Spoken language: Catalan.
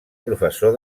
professor